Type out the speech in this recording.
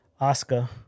Oscar